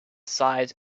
size